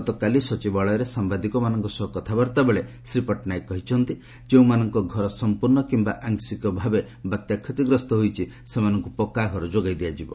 ଗତକାଲି ସଚିବାଳୟରେ ସାମ୍ବାଦିକମାନଙ୍କ ସହ କଥାବାର୍ତ୍ତା ବେଳେ ଶ୍ରୀ ପଟ୍ଟନାୟକ କହିଛନ୍ତି ଯେଉଁମାନଙ୍କ ଘର ସମ୍ପର୍ଣ୍ଣ କିମ୍ବା ଆଂଶିକ ଭାବେ ବାତ୍ୟା କ୍ଷତିଗ୍ରସ୍ତ ହୋଇଛି ସେମାନଙ୍କୁ ପକ୍କା ଘର ଯୋଗାଇ ଦିଆଯିବ